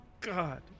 God